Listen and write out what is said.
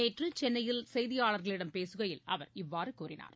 நேற்று சென்னையில் செய்தியாளர்களிடம் பேசுகையில் அவர் இவ்வாறு கூறினார்